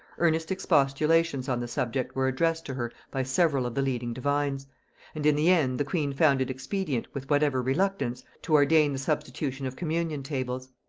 earnest expostulations on the subject were addressed to her by several of the leading divines and in the end the queen found it expedient, with whatever reluctance, to ordain the substitution of communion-tables.